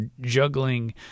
juggling